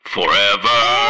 forever